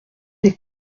des